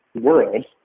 world